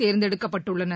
தேர்ந்தெடுக்கப்பட்டுள்ளனர்